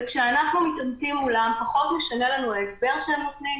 וכשאנחנו מתעמתים מולם פחות משנה לנו ההסבר שהם נותנים,